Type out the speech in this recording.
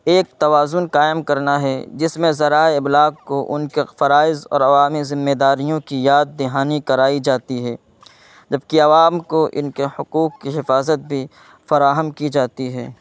ایک توازن قائم کرنا ہے جس میں ذرائع ابلاغ کو ان کے فرائض اور عوامی ذمہ داریوں کی یاد دہانی کرائی جاتی ہے جب کہ عوام کو ان کے حقوق کی حفاظت بھی فراہم کی جاتی ہے